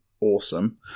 awesome